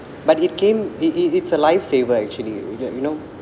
but it came it it it's a lifesaver actually you you know